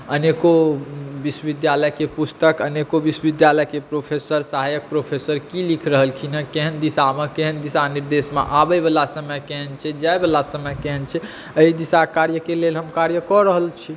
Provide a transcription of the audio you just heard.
अनेको विश्वविद्यालयके पुस्तक अनेको विश्वविद्यालयके प्रोफेसर सहायक प्रोफेसर की लिख रहलखिन केहेन दिशामे केहेन दिशा निर्देश मऽ आबै वाला समय केहेन छै जाय वाला समय केहेन छै अइ दिशा कार्यके लेल हम कार्य कऽ रहल छी